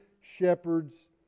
shepherds